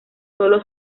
sólo